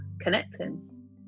connecting